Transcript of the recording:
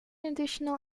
additional